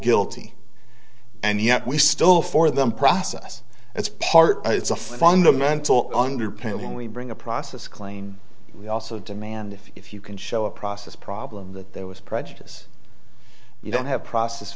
guilty and yet we still for them process it's part it's a fundamental underpinning we bring a process claim we also demand if you can show a process problem that there was prejudice you don't have process